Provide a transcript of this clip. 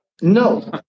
No